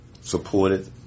supported